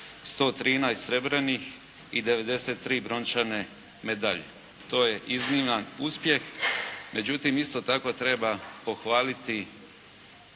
113 srebrnih i 93 brončane medalje. To je izniman uspjeh. Međutim, isto tako treba pohvaliti